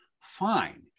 fine